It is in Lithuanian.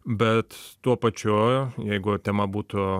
bet tuo pačiu jeigu tema būtų